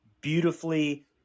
beautifully